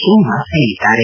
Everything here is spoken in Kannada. ಶ್ರೀನಿವಾಸ್ ಹೇಳಿದ್ದಾರೆ